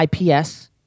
IPS